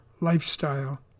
lifestyle